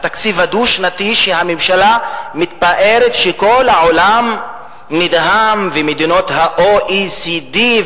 התקציב הדו-שנתי שהממשלה מתפארת שכל העולם נדהם ומדינות ה-OECD,